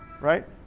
right